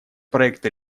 проекта